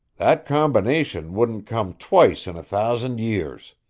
that combination wouldn't come twice in a thousand years.